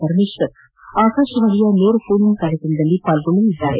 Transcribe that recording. ಪರಮೇಶ್ವರ್ ಆಕಾಶವಾಣಿಯ ನೇರ phone in ಕಾರ್ಯಕ್ರಮದಲ್ಲಿ ಪಾಲ್ಗೊಳ್ಳಲಿದ್ದಾರೆ